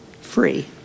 free